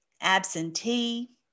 Absentee